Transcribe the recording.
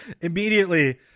immediately